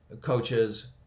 coaches